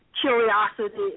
curiosity